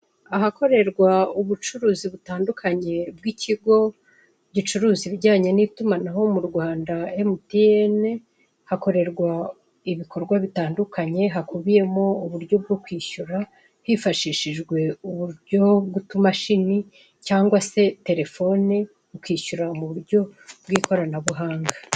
Ahakorerwa ubucuruzi butandukanye bw'ikigo gicuruza ibijyanye n'itumanaho mu Rwanda emutiyene, hakorerwa ibikorwa bitandukanye hakubiyemo uburyo bwo kwishyura hifashishijwe uburyo bw'utumashini, cyangwa se telefone ukishyura muburyo bw'ikoranabuhanga.